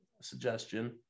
suggestion